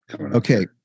Okay